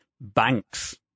banks